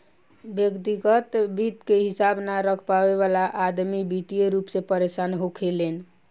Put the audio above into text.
व्यग्तिगत वित्त के हिसाब न रख पावे वाला अदमी वित्तीय रूप से परेसान होखेलेन